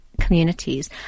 communities